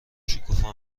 شکوفا